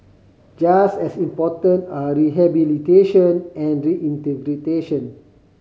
just as important are rehabilitation and reintegration